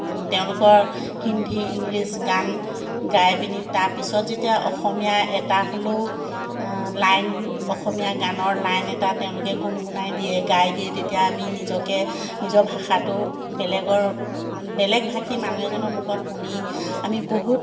তেওঁলোকৰ হিন্দী ইংলিছ গান গাই পিনি তাৰপাছত যেতিয়া অসমীয়া এটা হ'লেও লাইন অসমীয়া গানৰ লাইন এটা তেওঁলোকে গুণগুণাই দিয়ে গাই দিয়ে তেতিয়া আমি নিজকে নিজৰ ভাষাটো বেলেগৰ বেলেগভাষী মানুহ এজনৰ মুখত শুনি আমি বহুত